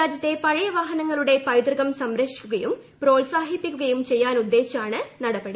രാജ്യത്തെ പഴയ വാഹനങ്ങളുടെ പൈതൃകം സംരക്ഷിക്കുകയും പ്രോത്സാഹിപ്പിക്കുകയും ചെയ്യാനുദ്ദേശിച്ചാണ് നടപടി